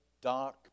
dark